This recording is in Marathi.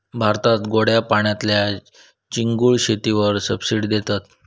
भारतात गोड्या पाण्यातल्या चिंगूळ शेतीवर सबसिडी देतत